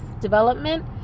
development